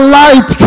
light